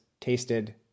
tasted